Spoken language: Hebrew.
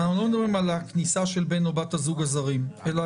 אנחנו לא מדברים על הכניסה של בן או בת הזוג הזרים אלא